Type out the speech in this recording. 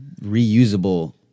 reusable